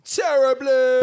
terribly